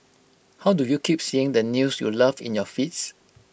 how do you keep seeing the news you love in your feeds